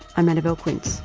i'm annabelle quince